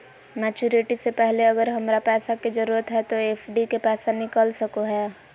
Maturity से पहले अगर हमरा पैसा के जरूरत है तो एफडी के पैसा निकल सको है?